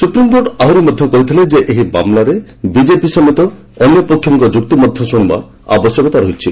supreme court ଆହୁରି କହିଥିଲେ ଯେ ଏହି ମାମଲାରେ ବିଜେପି ସମେତ ଅନ୍ୟ ପକ୍ଷଙ୍କ ଯୁକ୍ତି ମଧ୍ୟ ଶୁଶିବାର ଆବଶ୍ୟକତା ରହିଛି